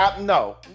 no